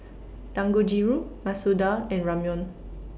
Dangojiru Masoor Dal and Ramyeon